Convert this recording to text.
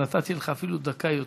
נתתי לך אפילו דקה יותר.